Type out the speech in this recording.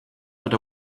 but